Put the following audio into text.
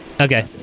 Okay